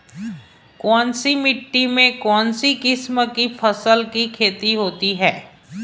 कौनसी मिट्टी में कौनसी किस्म की फसल की खेती होती है?